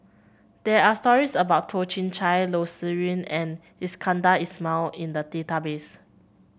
there are stories about Toh Chin Chye Loh Sin Yun and Iskandar Ismail in the database